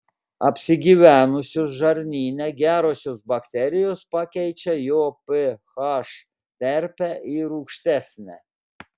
apsigyvenusios žarnyne gerosios bakterijos pakeičia jo ph terpę į rūgštesnę